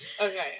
Okay